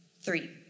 Three